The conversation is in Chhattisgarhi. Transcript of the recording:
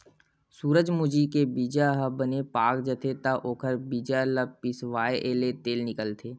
सूरजमूजी के बीजा ह बने पाक जाथे त ओखर बीजा ल पिसवाएले तेल निकलथे